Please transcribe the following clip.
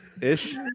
ish